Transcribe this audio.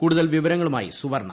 കൂടുതൽ വിവരങ്ങളുമായി സുവർണ്ണ